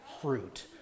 fruit